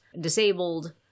disabled